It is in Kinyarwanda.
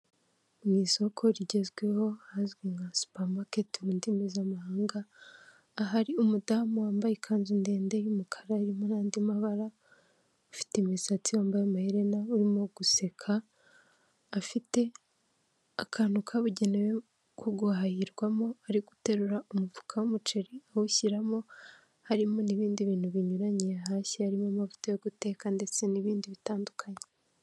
Mu isoko rigezweho ahazwi nka supa maketi mu ndimi z'amahanga ,ahari umudamu wambaye ikanzu ndende y'umukara irimo n'andi mabara, ufite imisatsi wambaye amaherena urimo guseka, afite akantu kabugenewe ko guhahirwamo, ari guterura umufuka w'umuceri awushyiramo, harimo n'ibindi bintu binyuranye yahashye harimo amavuta yo guteka ndetse n'ibindi bitandukanye.